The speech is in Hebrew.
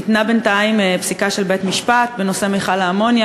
ניתנה בינתיים פסיקה בנושא מכל האמוניה